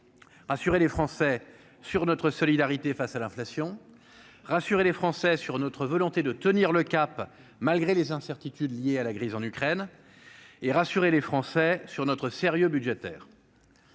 rassurer les Français sur notre solidarité face à l'inflation, rassurer les Français sur notre volonté de tenir le cap, malgré les incertitudes liées à la crise en Ukraine et rassurer les Français sur notre sérieux budgétaire,